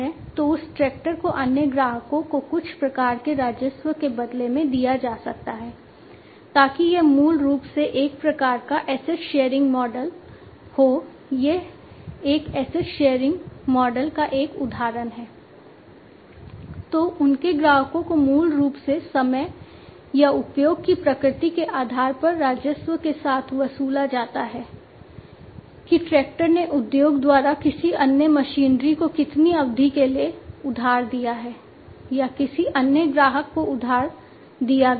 तो उनके ग्राहकों को मूल रूप से समय या उपयोग की प्रकृति के आधार पर राजस्व के साथ वसूला जाता है कि ट्रैक्टर ने उद्योग द्वारा किसी अन्य मशीनरी को कितनी अवधि के लिए उधार दिया है या किसी अन्य ग्राहक को उधार दिया गया है